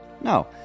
No